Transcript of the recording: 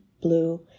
blue